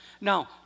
Now